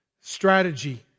Strategy